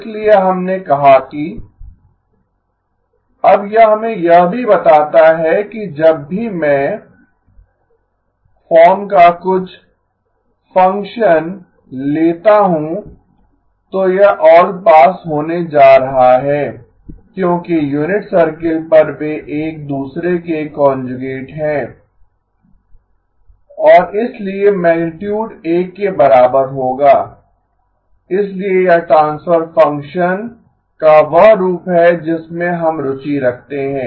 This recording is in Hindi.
इसीलिये हमने कहा कि अब यह हमें यह भी बताता है कि जब भी मैं फार्म का कुछ फंक्शन लेता हूं तो यह आलपास होने जा रहा है क्योकि यूनिट सर्किल पर वे एक दूसरे के कांजुगेट हैं और इसलिए मैगनीटुड 1 के बराबर होगा इसलिए यह ट्रांसफ़र फ़ंक्शंस का वह रूप है जिसमें हम रुचि रखते हैं